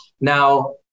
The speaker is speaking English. Now